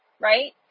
right